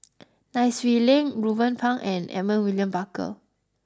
Nai Swee Leng Ruben Pang and Edmund William Barker